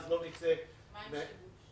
מה עם שיבוש?